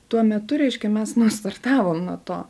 tuo metu reiškia mes nu startavom nuo to